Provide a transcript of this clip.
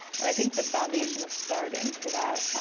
and i think the foundation is starting for that,